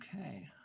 okay